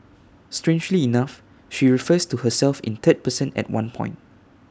strangely enough she refers to herself in third person at one point